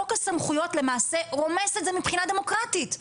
חוק הסמכויות למעשה רומס את זה מבחינה דמוקרטית.